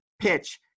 PITCH